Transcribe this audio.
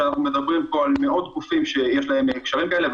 שאנחנו מדברים פה על מאות גופים שיש להם קשרים כאלה,